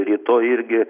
rytoj irgi